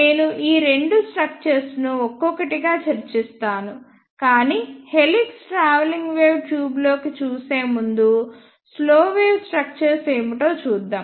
నేను ఈ రెండు స్ట్రక్చర్స్ ను ఒక్కొక్కటిగా చర్చిస్తాను కాని హెలిక్స్ ట్రావెలింగ్ వేవ్ ట్యూబ్లోకి చూసే ముందు స్లో వేవ్ స్ట్రక్చర్స్ ఏమిటో చూద్దాం